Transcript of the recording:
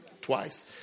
twice